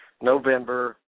November